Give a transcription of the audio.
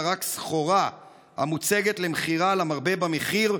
רק סחורה המוצגת למכירה למרבה במחיר,